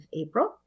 April